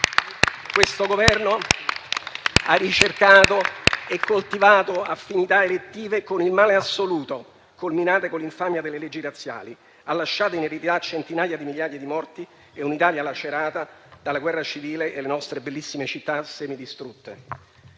Quel Governo ha ricercato e coltivato affinità elettive con il male assoluto, culminate con l'infamia delle leggi razziali; ha lasciato in eredità centinaia di migliaia di morti e un'Italia lacerata dalla guerra civile e le nostre bellissime città semidistrutte.